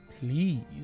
Please